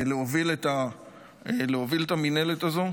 להוביל את המינהלת הזאת